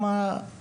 עמרי פוקס, בבקשה.